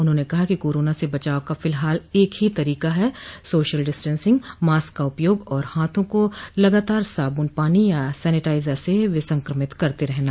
उन्होंने कहा कि कोरोना से बचाव का फिलहाल एक ही तरीका है सोशल डिस्टेंसिंग मास्क का उपयोग और हाथों का लगातार साबुन पानी या सैनिटाइजर से विसंक्रमित करते रहना